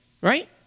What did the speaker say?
right